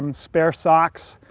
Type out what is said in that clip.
and spare socks.